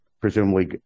presumably